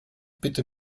bitte